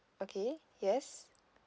okay yes